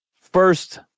First